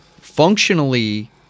Functionally